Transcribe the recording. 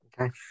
okay